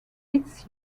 its